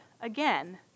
again